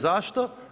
Zašto?